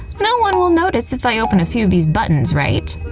no one will notice if i open a few of these buttons, right?